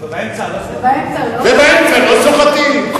אבל באמצע, ובאמצע לא סוחטים?